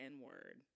N-word